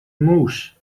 موش